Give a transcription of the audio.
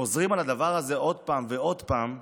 רוטמן.